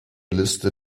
liste